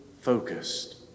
focused